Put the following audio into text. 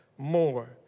more